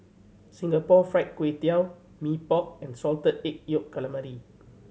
Singapore Fried Kway Tiao Mee Pok and Salted Egg Yolk Calamari